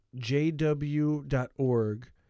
jw.org